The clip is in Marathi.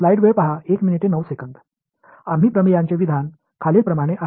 म्हणून प्रमेयांचे विधान खालील प्रमाणे आहे